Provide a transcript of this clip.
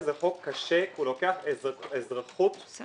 זה חוק קשה כי הוא לוקח אזרחות ---,